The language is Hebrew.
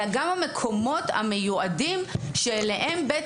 אלא גם המקומות המיועדים שאליהם בית